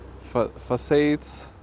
facades